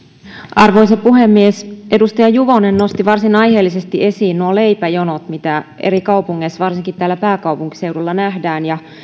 arvoisa puhemies edustaja juvonen nosti varsin aiheellisesti esiin nuo leipäjonot mitä eri kaupungeissa nähdään varsinkin täällä pääkaupunkiseudulla